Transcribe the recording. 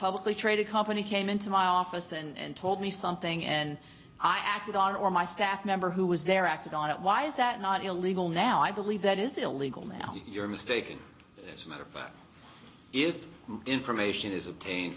publicly traded company came into my office and told me something and i acted on or my staff member who was there acted on it why is that not illegal now i believe that is illegal now you're mistaken as a matter of fact if information is obtain